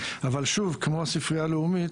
אבל כמו הספרייה הלאומית,